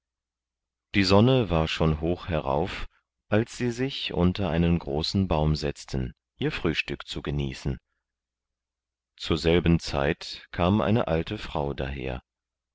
die sonne war schon hoch herauf als sie sich unter einen großen baum setzten ihr frühstück zu genießen zur selben zeit kam eine alte frau daher